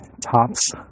tops